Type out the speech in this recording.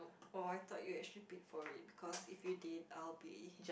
oh I thought you actually bid for it because if you did I'll be